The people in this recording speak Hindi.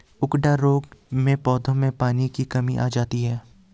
उकडा रोग में पौधों में पानी की कमी आ जाती है